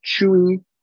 chewy